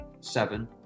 seven